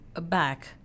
back